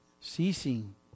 ceasing